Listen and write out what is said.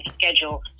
schedule